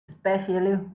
especially